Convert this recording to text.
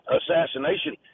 assassination